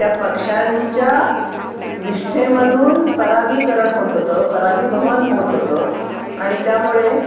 त्या पक्षांच्या विष्ठेमधून परागीकरण होत होतं परागीभवन होत होतं आणि त्यामुळे